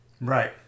right